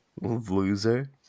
Loser